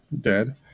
dead